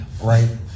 right